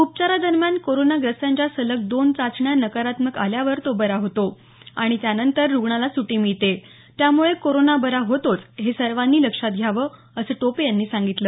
उपचारादरम्यान कोरोनाग्रस्ताच्या सलग दोन चाचण्या नकारात्मक आल्यावर तो बरा होतो आणि त्यानंतर रुग्णाला सुटी मिळते त्यामुळे कोरोना बरा होतोच हे सर्वांनी लक्षात घ्यावं असं टोपे यांनी सांगितलं